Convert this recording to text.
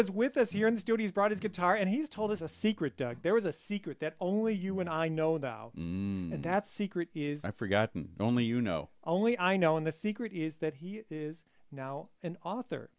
is with us here in the studio brought his guitar and he's told us a secret there was a secret that only you and i know about and that secret is i forgot only you know only i know in the secret is that he is now an author